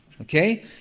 Okay